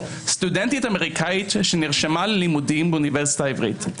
סטודנטית אמריקנית שנרשמה ללימודים באוניברסיטה העברית.